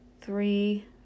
three